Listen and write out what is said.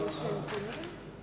יש נתונים?